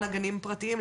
הנהגת גנים פרטיים,